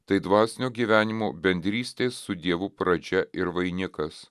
tai dvasinio gyvenimo bendrystės su dievu pradžia ir vainikas